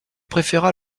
préféra